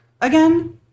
again